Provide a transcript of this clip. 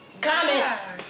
comments